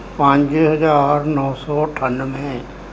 ਪੰਜ ਹਜ਼ਾਰ ਨੌ ਸੌ ਅਠਾਨਵੇਂ